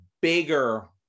bigger